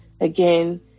again